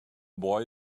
boy